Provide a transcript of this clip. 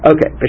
Okay